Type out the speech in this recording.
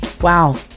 wow